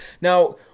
Now